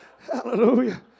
hallelujah